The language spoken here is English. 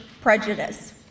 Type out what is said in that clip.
prejudice